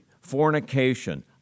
fornication